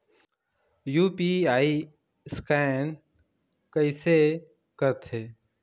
UPI scan कइसे करथे?